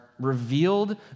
Revealed